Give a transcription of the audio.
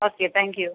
okay thank you